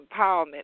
empowerment